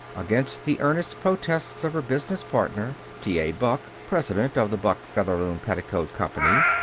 against the earnest protests of her business partner, t. a. buck, president of the buck featherloom petticoat company,